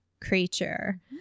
creature